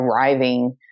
arriving